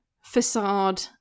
facade